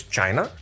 China